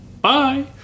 bye